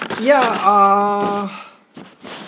ya uh